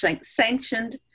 sanctioned